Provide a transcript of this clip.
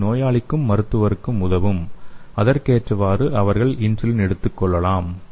இது நோயாளிக்கும் மருத்துவருக்கும் உதவும் அதற்கேற்றவாறு அவர்கள் இன்சுலின் எடுத்துக் கொள்ளலாம்